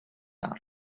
out